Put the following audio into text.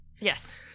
Yes